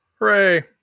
hooray